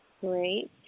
Great